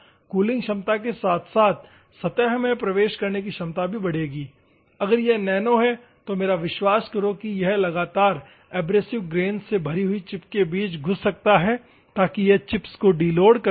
cooling क्षमता के साथ साथ सतह में प्रवेश करने की क्षमता भी बढ़ेगी अगर यह नैनो है तो मेरा विश्वास करो कि यह लगातार एब्रेसिव ग्रेन्स में भरी हुई चिप के बीच घुस सकता है ताकि यह चिप्स को डीलोड कर सके